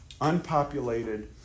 unpopulated